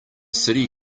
city